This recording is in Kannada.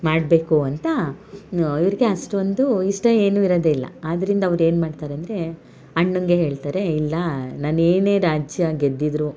ಮಾಡಬೇಕು ಅಂತ ಇವ್ರಿಗೆ ಅಷ್ಟೊಂದು ಇಷ್ಟ ಏನೂ ಇರೋದೇ ಇಲ್ಲ ಆದ್ದರಿಂದ ಅವರು ಏನು ಮಾಡ್ತಾರೆ ಅಂದರೆ ಅಣ್ಣನಿಗೆ ಹೇಳ್ತಾರೆ ಇಲ್ಲ ನಾನೇನೇ ರಾಜ್ಯ ಗೆದ್ದಿದ್ದರೂ